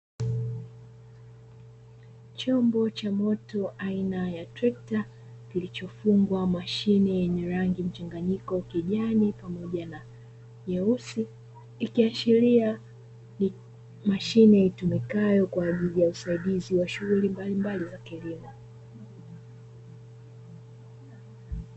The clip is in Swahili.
Chombo cha moto aina ya trekta, kilichofungwa mashine yenye rangi mchanganyiko ya kijani na nyeusi, ikiashiria ni mashine itumikayo kwa ajili ya usaidizi wa shughuli mbalimbali za kilimo.